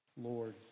Lord